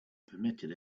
permitted